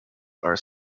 are